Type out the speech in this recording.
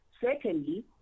Secondly